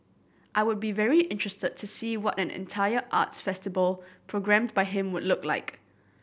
I would be very interested to see what an entire arts festival programmed by him would look like